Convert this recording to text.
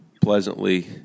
pleasantly